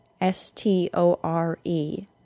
S-T-O-R-E